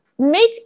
Make